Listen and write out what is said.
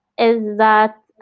is that,